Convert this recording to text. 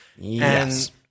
Yes